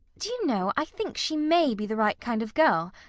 do you know, i think she may be the right kind of girl.